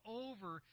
over